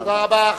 תודה רבה.